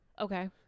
Okay